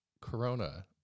corona